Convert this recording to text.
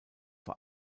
vor